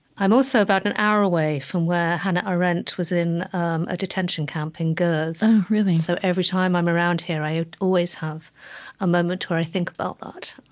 i'm also about an hour away from where hannah arendt was in a detention camp in gurs oh, really? so every time i'm around here, i always have a moment where i think about that